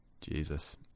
Jesus